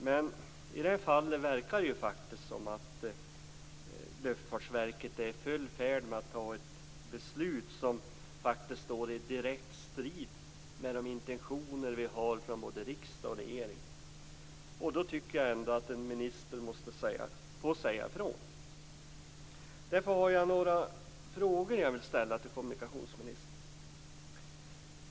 Men i det här fallet verkar det faktiskt som att Luftfartsverket är i full färd med att ta ett beslut som faktiskt står i direkt strid med de intentioner vi har från både riksdag och regering. Då tycker jag ändå att en minister måste få säga ifrån. Därför har jag några frågor jag vill ställa till kommunikationsministern.